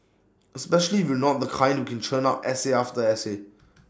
especially if you're not the kind who can churn out essay after essay